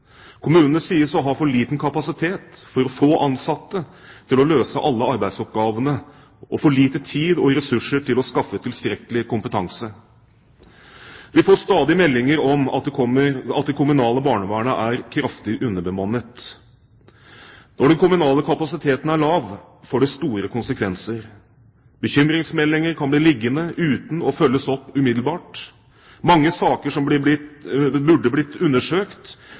Kommunene sies å ha for liten kapasitet, for få ansatte til å løse alle arbeidsoppgavene og for lite tid og ressurser til å skaffe tilstrekkelig kompetanse. Vi får stadig meldinger om at det kommunale barnevernet er kraftig underbemannet. Når den kommunale kapasiteten er lav, får det store konsekvenser: Bekymringsmeldinger kan bli liggende uten at de følges opp umiddelbart, mange saker som burde blitt undersøkt,